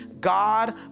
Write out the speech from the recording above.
God